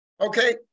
Okay